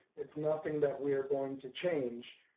it's nothing that we're going to change.